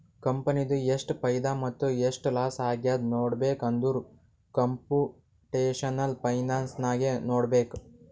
ಕಂಪನಿದು ಎಷ್ಟ್ ಫೈದಾ ಮತ್ತ ಎಷ್ಟ್ ಲಾಸ್ ಆಗ್ಯಾದ್ ನೋಡ್ಬೇಕ್ ಅಂದುರ್ ಕಂಪುಟೇಷನಲ್ ಫೈನಾನ್ಸ್ ನಾಗೆ ನೋಡ್ಬೇಕ್